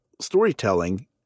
storytelling